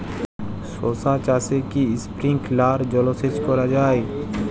শশা চাষে কি স্প্রিঙ্কলার জলসেচ করা যায়?